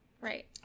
Right